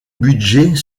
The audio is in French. budget